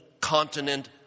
continent